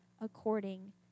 according